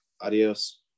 Adios